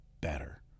better